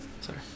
Sorry